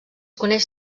coneix